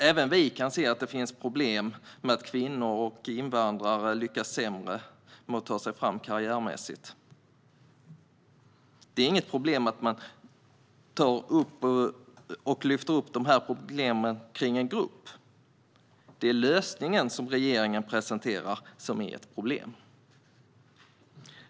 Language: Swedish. Även vi kan se att det finns problem med att kvinnor och invandrare lyckas sämre med att ta sig fram karriärmässigt. Det är inget problem att man lyfter fram dessa problem kring en grupp. Det är den lösning som regeringen presenterar som är ett problem.